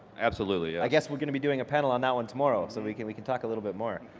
absolutely. i guess we're gonna be doing a panel on that one tomorrow, so we can we can talk a little bit more.